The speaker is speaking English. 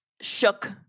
Shook